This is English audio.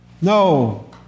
no